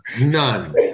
none